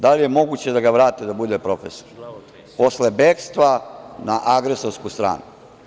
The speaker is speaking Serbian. Da li je moguće da ga vrate da bude profesor, posle bekstva na agresorsku stranu?